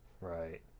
Right